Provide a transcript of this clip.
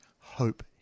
Hope